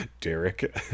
Derek